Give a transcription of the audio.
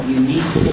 unique